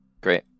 Great